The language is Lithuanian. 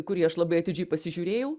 kurį aš labai atidžiai pasižiūrėjau